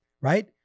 right